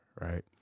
right